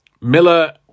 Miller